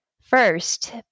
First